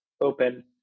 open